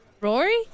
Rory